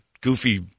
goofy